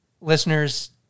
listeners